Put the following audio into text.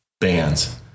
bands